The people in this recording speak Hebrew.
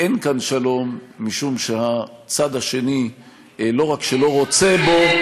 אין כאן שלום משום שהצד השני לא רק שלא רוצה בו,